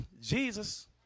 Jesus